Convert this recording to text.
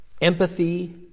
empathy